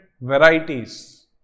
varieties